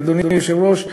אדוני היושב-ראש,